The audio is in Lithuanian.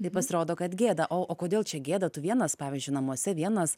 tai pasirodo kad gėda o o kodėl čia gėda tu vienas pavyzdžiui namuose vienas